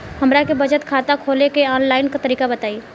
हमरा के बचत खाता खोले के आन लाइन तरीका बताईं?